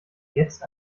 jetzt